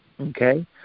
okay